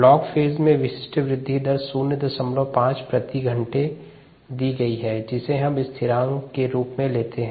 log phase में विशिष्ट वृद्धि दर 05 प्रति घंटे दी गई है जिसे हम स्थिरांक के रूप में लेते हैं